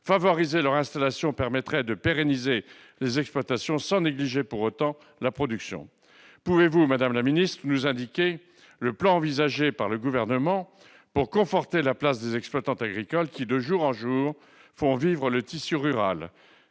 Favoriser leur installation permettrait de pérenniser les exploitations, sans négliger pour autant la production. Pouvez-vous, madame la secrétaire d'État, nous indiquer le plan envisagé par le Gouvernement pour conforter la place des exploitantes agricoles, qui, de jour en jour, font vivre le tissu rural ?